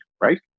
right